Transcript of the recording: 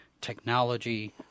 technology